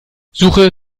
suche